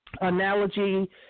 analogy